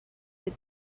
with